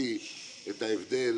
שמצאתי את ההבדל